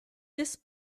this